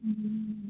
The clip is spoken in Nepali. ए